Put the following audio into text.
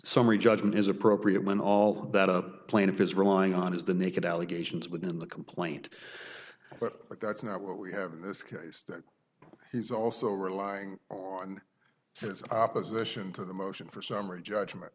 summary judgment is appropriate when all that a plaintiff is relying on is the naked allegations within the complaint but that's not what we have in this case that he's also relying on his opposition to the motion for summary judgment